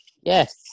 Yes